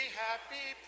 happy